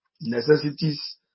necessities